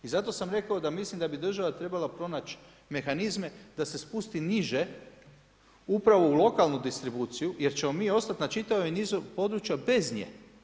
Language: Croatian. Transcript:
I zato sam rekao, da mislim da bi država trebala pronaći, mehanizme, da se spusti niže upravo u lokalnu distribuciju, jer ćemo mi ostati na čitavom nizu područja bez nje.